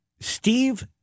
Steve